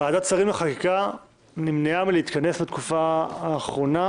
ועדת שרים לחקיקה נמנעה להתכנס ברצף בתקופה האחרונה.